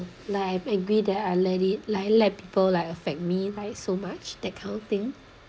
like might agree that I let it li~ like people like affect me like so much that kind of thing